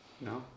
No